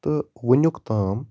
تہٕ وٕنیُک تام